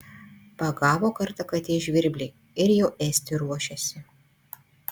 pagavo kartą katė žvirblį ir jau ėsti ruošiasi